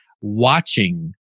watching